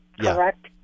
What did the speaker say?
correct